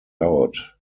out